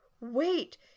Wait